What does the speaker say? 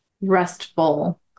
restful